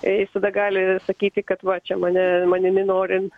jis tada gali sakyti kad va čia mane manimi norin